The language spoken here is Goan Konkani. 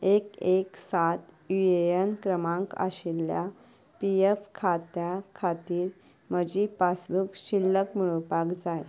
एक एक सात युएएन क्रमांक आशिल्ल्या पी एफ खात्यां खातीर म्हजी पासबूक शिल्लक मेळोपाक जाय